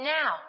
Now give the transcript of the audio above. now